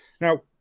now